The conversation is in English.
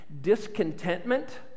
discontentment